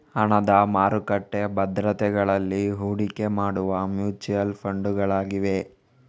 ಹಣದ ಮಾರುಕಟ್ಟೆ ಭದ್ರತೆಗಳಲ್ಲಿ ಹೂಡಿಕೆ ಮಾಡುವ ಮ್ಯೂಚುಯಲ್ ಫಂಡುಗಳಾಗಿವೆ